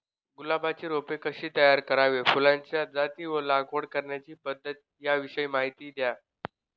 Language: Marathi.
गुलाबाची रोपे कशी तयार करावी? फुलाच्या जाती व लागवड करण्याची पद्धत याविषयी माहिती द्या